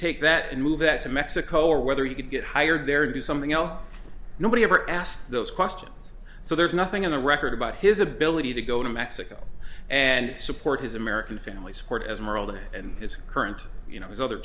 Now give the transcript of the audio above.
take that and move that to mexico or whether he could get hired there to do something else nobody ever asked those questions so there's nothing in the record about his ability to go to mexico and support his american family support esmeralda's and his current you know his other